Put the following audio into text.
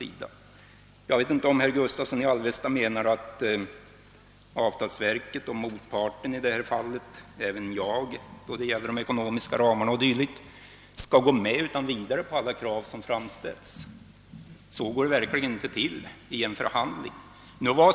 Menar herr Gustavsson i Alvesta att avtalsverket — och även jag då det gäller de ekonomiska ramarna o.d. — utan vidare skall gå med på alla krav som framställs? Så går det verkligen inte till vid en förhandling.